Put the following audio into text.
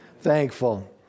Thankful